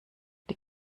die